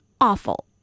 awful